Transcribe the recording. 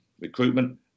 recruitment